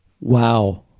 Wow